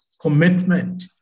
commitment